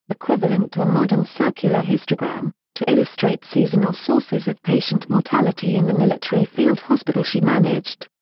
equivalent to a modern circular histogram, to illustrate seasonal sources of patient mortality in the military field hospital she managed.